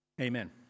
Amen